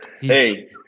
Hey